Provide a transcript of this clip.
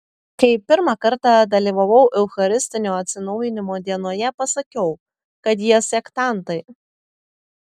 kai pirmą kartą dalyvavau eucharistinio atsinaujinimo dienoje pasakiau kad jie sektantai